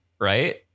Right